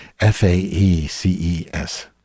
F-A-E-C-E-S